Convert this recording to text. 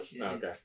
Okay